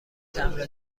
تمبر